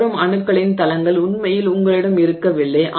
நகரும் அணுக்களின் தளங்கள் உண்மையில் உங்களிடம் இருக்கவில்லை